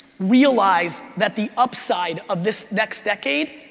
realize that the upside of this next decade,